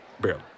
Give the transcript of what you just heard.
Barely